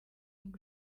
ngo